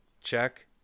check